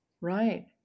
Right